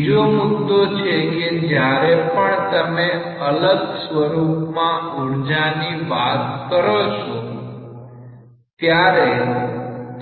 બીજો મુદ્દો છે કે જ્યારે પણ તમે અલગ સ્વરૂપમાં ઉર્જાની વાત કરો છો ત્યારે